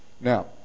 Now